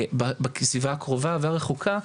בסביבה הקרובה והרחוקה,